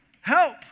help